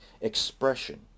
expression